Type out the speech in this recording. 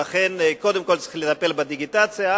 לכן, קודם כול צריך לטפל בדיגיטציה.